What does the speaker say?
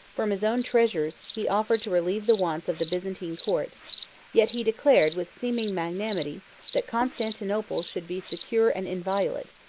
from his own treasures, he offered to relieve the wants of the byzantine court yet he declared with seeming magnanimity, that constantinople should be secure and inviolate,